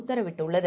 உத்தரவிட்டுள்ளது